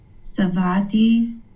Savati